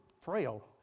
frail